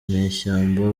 nyeshyamba